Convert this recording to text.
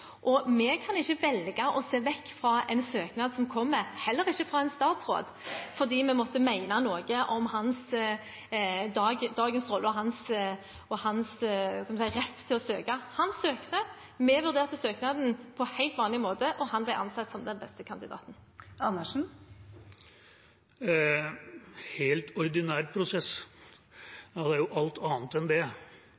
og vi kan ikke velge å se vekk fra en søknad som kommer, heller ikke fra en statsråd, fordi vi måtte mene noe om hans rolle i dag og hans rett til å søke. Han søkte, vi vurderte søknaden på helt vanlig måte, og han ble ansett som den beste kandidaten. En «helt ordinær prosess»